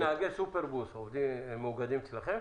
נהגי סופרבוס, הם מאוגדים אצלכם?